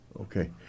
Okay